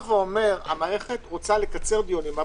המערכת רוצה לקצר דיונים.